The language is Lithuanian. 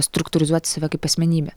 struktūrizuoti save kaip asmenybę